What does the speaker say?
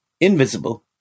invisible